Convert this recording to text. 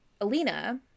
Alina